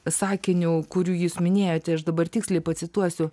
sakiniu kurių jūs minėjote aš dabar tiksliai pacituosiu